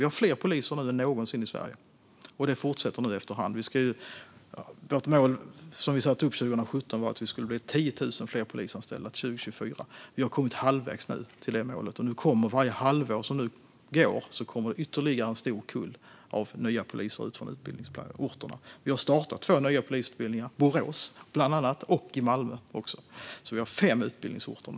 Vi har fler poliser nu än någonsin i Sverige, och det fortsätter efter hand. Målet som vi satte upp 2017 var att det skulle bli 10 000 fler polisanställda till 2024. Vi har kommit halvvägs till det målet, och nu kommer varje halvår som går ytterligare en stor kull nya poliser från utbildningsorterna. Vi har startat två nya polisutbildningar i Borås och Malmö och har nu fem utbildningsorter.